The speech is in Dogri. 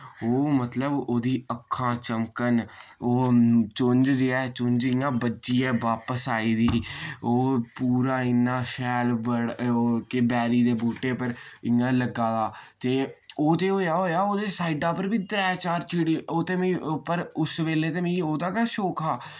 ओह् मतलब उ'दी अक्खां चमकन ओह् चुंझ जे ऐ चुंझ इय्यां बज्जियै बापस आई दी ओह् पूरा इ'न्ना शैल बड़ के ओह् बैरी दे बूह्टे पर इय्यां लग्गा दा ते ओह् ते होआ होआ उ'दे साइडा पर कि त्रै चार चिड़ी ओह् ते मि पर उस वेल्लै ते मि ओह्दा गै शौक हा